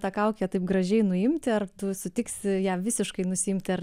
tą kaukę taip gražiai nuimti ar tu sutiksi ją visiškai nusiimti ar